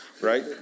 right